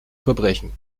verbrechen